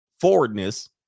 forwardness